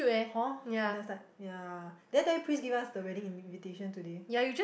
hor that's like ya did I tell you Pris give us the wedding invitation today